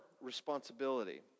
responsibility